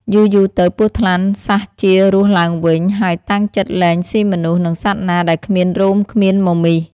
យូរៗទៅពស់ថ្លាន់សះជារស់ឡើងវិញហើយតាំងចិត្ដលែង ស៊ីមនុស្ស និងសត្វណាដែលគ្មានរោមគ្មានមមីស។